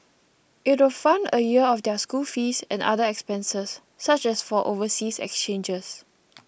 it will fund a year of their school fees and other expenses such as for overseas exchanges